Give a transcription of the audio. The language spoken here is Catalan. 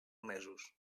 mesos